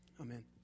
Amen